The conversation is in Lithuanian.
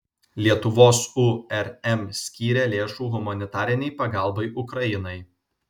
lietuvos urm skyrė lėšų humanitarinei pagalbai ukrainai